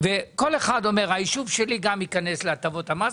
וכל אחד אומר: היישוב שלי גם ייכנס להטבות המס,